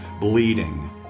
bleeding